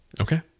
Okay